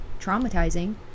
traumatizing